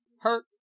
hurt